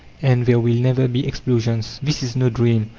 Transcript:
and there will never be explosions. this is no dream,